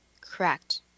Correct